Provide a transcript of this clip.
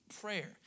prayer